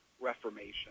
reformation